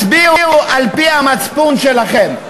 הצביעו על-פי המצפון שלכם.